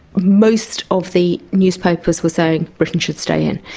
most of the newspapers were saying britain should stay in.